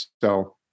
So-